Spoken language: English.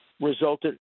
resulted